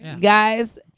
Guys